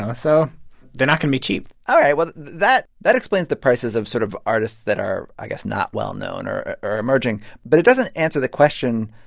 um so they're not going to be cheap all right. well, that that explains the prices of sort of artists that are, i guess, not well-known or are emerging, but it doesn't answer the question.